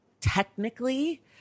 technically